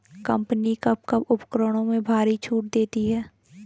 Company कब कब उपकरणों में भारी छूट देती हैं?